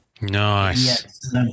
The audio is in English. nice